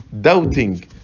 doubting